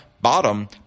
bottom